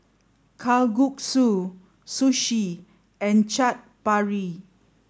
Kalguksu Sushi and Chaat Papri